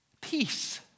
Peace